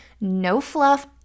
no-fluff